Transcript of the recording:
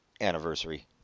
anniversary